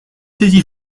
saisi